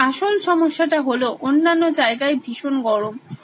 আর আসল সমস্যাটা হলো অন্যান্য জায়গায় ভীষণ গরম